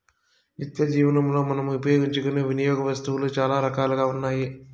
నిత్యజీవనంలో మనం ఉపయోగించుకునే వినియోగ వస్తువులు చాలా రకాలుగా ఉన్నాయి